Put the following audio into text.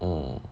mm